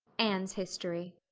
anne's history